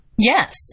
Yes